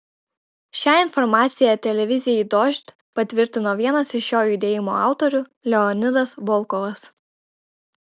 šią informaciją televizijai dožd patvirtino vienas iš šio judėjimo autorių leonidas volkovas